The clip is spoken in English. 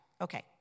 Okay